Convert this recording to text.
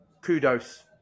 kudos